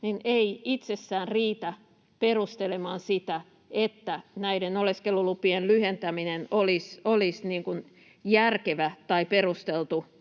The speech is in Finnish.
ei itsessään riitä perustelemaan sitä, että näiden oleskelulupien lyhentäminen olisi järkevä tai perusteltu